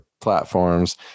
platforms